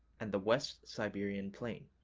and the west siberian plain.